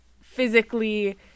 physically